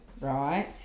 right